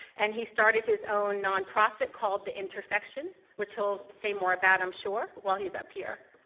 and he started his own nonprofit called the intersection which he'll say more about i'm sure while he's up here.